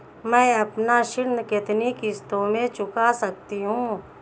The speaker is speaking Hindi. मैं अपना ऋण कितनी किश्तों में चुका सकती हूँ?